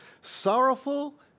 Sorrowful